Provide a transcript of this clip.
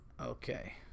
Okay